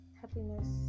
happiness